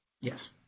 Yes